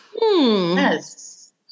yes